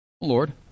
Lord